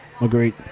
Agreed